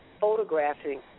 photographing